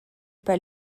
pas